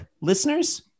listeners